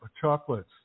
chocolates